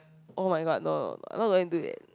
oh-my-god no I'm not going do it